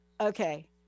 okay